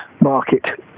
market